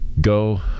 Go